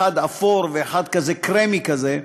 אחד אפור ואחד קרמי כזה.